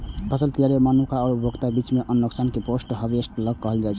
फसल तैयारी आ मनुक्ख द्वारा उपभोगक बीच अन्न नुकसान कें पोस्ट हार्वेस्ट लॉस कहल जाइ छै